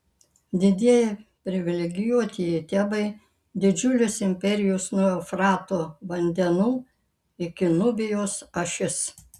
didieji privilegijuotieji tebai didžiulės imperijos nuo eufrato vandenų iki nubijos ašis